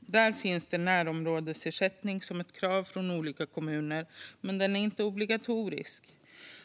Där finns närområdesersättning som ett krav från olika kommuner, men den är inte obligatorisk.